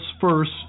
first